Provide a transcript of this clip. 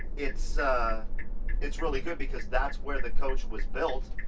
it's it's really good because that's where the coach was built.